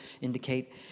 indicate